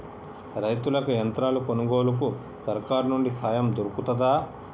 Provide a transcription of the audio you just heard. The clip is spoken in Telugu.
రైతులకి యంత్రాలు కొనుగోలుకు సర్కారు నుండి సాయం దొరుకుతదా?